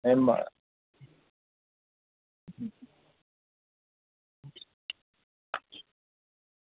एह्